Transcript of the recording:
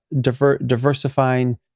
diversifying